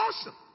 awesome